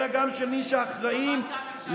אלא גם של מי שאחראים לבחירות,